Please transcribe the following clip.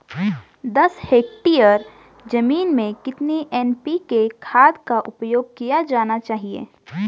दस हेक्टेयर जमीन में कितनी एन.पी.के खाद का उपयोग किया जाना चाहिए?